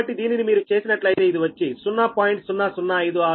కాబట్టి దీనిని మీరు చేసినట్లయితే ఇది వచ్చి 0